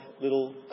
little